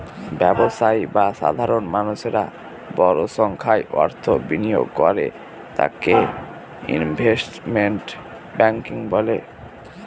ব্যবসায়ী বা সাধারণ মানুষেরা বড় সংখ্যায় অর্থ বিনিয়োগ করে তাকে ইনভেস্টমেন্ট ব্যাঙ্কিং বলে